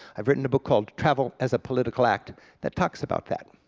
i've written a book called travel as a political act that talks about that,